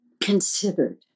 considered